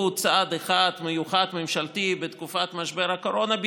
צעד ממשלתי אחד מיוחד בתקופת משבר הקורונה,